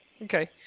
Okay